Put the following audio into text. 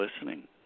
listening